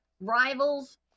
Rivals